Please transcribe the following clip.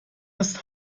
ist